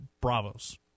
Bravos